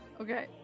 Okay